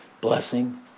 blessing